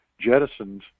jettisoned